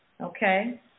Okay